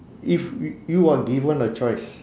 if y~ you are given a choice